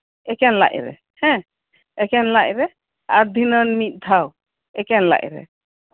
ᱮᱠᱮᱱ ᱞᱟᱡᱨᱮ ᱥᱮ ᱦᱮᱸ ᱮᱠᱮᱱ ᱞᱟᱡᱨᱮ ᱟᱨ ᱫᱷᱤᱱᱟᱝ ᱢᱤᱫᱫᱷᱟᱣ ᱮᱠᱮᱱ ᱞᱟᱡ ᱨᱮ